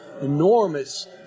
enormous